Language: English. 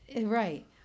Right